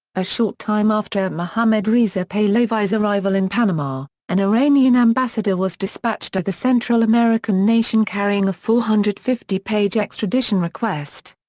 a short time after mohammad reza pahlavi's arrival in panama, an iranian ambassador was dispatched to the central american nation carrying a four hundred and fifty page extradition request.